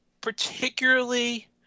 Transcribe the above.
particularly